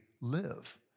live